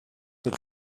with